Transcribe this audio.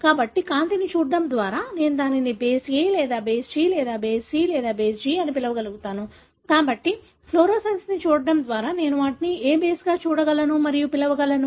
కాబట్టి కాంతిని చూడటం ద్వారా నేను దానిని బేస్ A లేదా బేస్ T లేదా బేస్ C లేదా బేస్ జి అని పిలవగలను కాబట్టి ఫ్లోరోసెన్స్ని చూడటం ద్వారా నేను వాటిని ఏ బేస్గా చూడగలను మరియు పిలువగలను